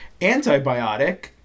Antibiotic